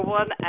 one